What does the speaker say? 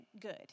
good